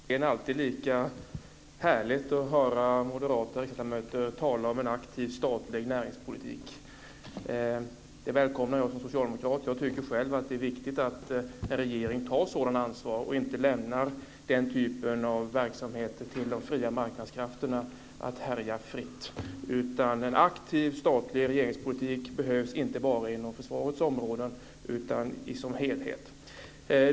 Fru talman! Det är alltid lika härligt att höra moderata riksdagsledamöter tala om en aktiv statlig näringspolitik. Det välkomnar jag som socialdemokrat. Jag tycker själv att det är viktigt att en regering tar sådant ansvar och inte lämnar den typen av verksamhet till de fria marknadskrafterna att härja fritt. En aktiv statlig regeringspolitik behövs inte bara inom försvarets område utan som helhet.